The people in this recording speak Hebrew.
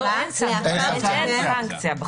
אין סנקציה.